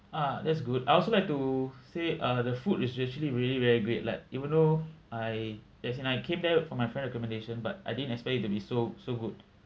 ah that's good I also like to say uh the food is actually really very great like even though I as in I came there from my friend recommendation but I didn't expect it to be so so good